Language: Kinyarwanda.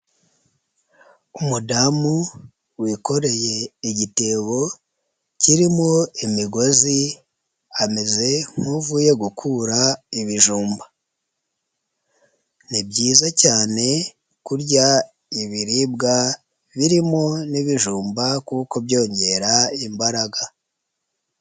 Umudamu wikoreye igitebo kirimo imigozi ameze nk'uvuye gukura ibijumba, ni byiza cyane kurya ibiribwa birimo n'ibijumba kuko byongera imbaraga.